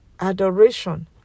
adoration